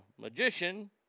magician